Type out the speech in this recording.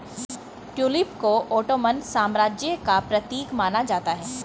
tulip को Ottoman साम्राज्य का प्रतीक माना जाता है